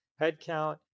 headcount